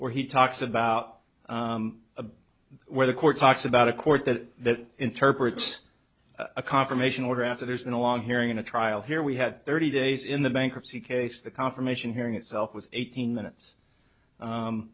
where he talks about where the court talks about a court that interprets a confirmation order after there's been a long hearing in a trial here we had thirty days in the bankruptcy case the confirmation hearing itself was eighteen minutes